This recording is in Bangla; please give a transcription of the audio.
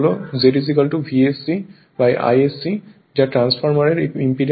সুতরাং এর অর্থ হল Z VscIsc যা ট্রান্সফরমারের ইম্পিডেন্স হয়